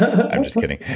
i'm just kidding.